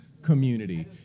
Community